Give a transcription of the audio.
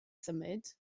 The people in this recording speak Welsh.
symud